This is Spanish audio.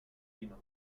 lima